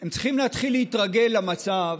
הם צריכים להתחיל להתרגל למצב